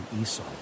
Esau